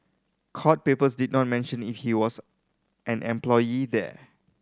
court papers did not mention if he was an employee there